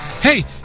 hey